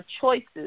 choices